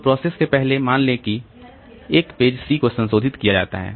तो प्रोसेस से पहले मान लें कि एक पेज C को संशोधित किया जाता है